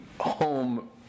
home